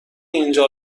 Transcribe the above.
اینجا